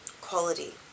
quality